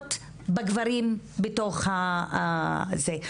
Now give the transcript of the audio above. להכות בגברים בתוך הזה.